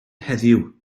heddiw